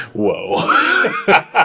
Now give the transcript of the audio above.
Whoa